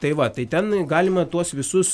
tai va tai ten galima tuos visus